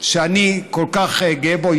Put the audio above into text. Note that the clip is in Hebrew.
שאני כל כך גאה בו.